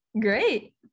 Great